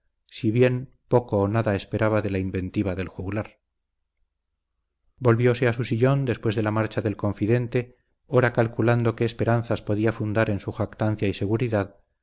si bien poco o nada esperaba de la inventiva del juglar volvióse a su sillón después de la marcha del confidente ora calculando qué esperanzas podía fundar en su jactancia y seguridad